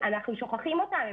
אנחנו שוכחים אותם.